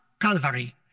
Calvary